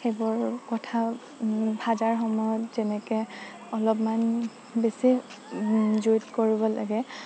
সেইবোৰ কথাও ভাজাৰ সময়ত যেনেকে অলমান বেছি জুইত কৰিব লাগে